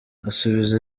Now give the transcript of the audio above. asubiza